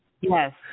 Yes